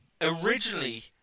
originally